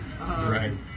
Right